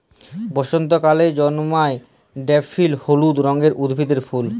বসন্তকালে জল্ময় ড্যাফডিল হলুদ রঙের উদ্ভিদের ফুল